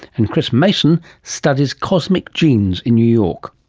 and chris mason studies cosmic genes in new york.